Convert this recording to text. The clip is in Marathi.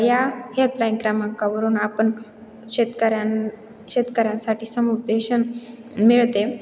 या हेल्पलाईन क्रमांकावरून आपण शेतकऱ्यां शेतकऱ्यांसाठी समुपदेशन मिळते